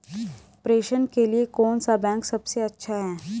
प्रेषण के लिए कौन सा बैंक सबसे अच्छा है?